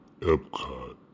Epcot